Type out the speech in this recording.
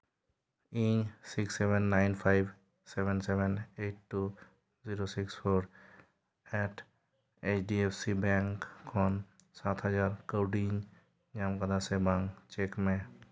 ᱤᱧ six seven nine five seven seven eight two zero six four eight H D F C bank ᱠᱷᱚᱱ ᱥᱟᱛ ᱦᱟᱡᱟᱨ ᱠᱟᱹᱣᱰᱤᱧ ᱧᱟᱢ ᱟᱠᱟᱫᱟ ᱥᱮ ᱵᱟᱝ ᱪᱮᱠ ᱢᱮ